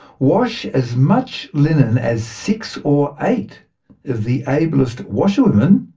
wash as much linen as six or eight of the ablest washerwomen,